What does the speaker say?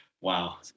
Wow